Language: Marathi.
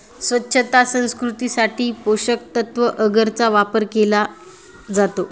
स्वच्छता संस्कृतीसाठी पोषकतत्त्व अगरचा वापर केला जातो